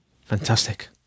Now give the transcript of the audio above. Fantastic